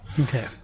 Okay